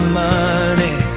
money